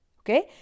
Okay